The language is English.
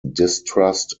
distrust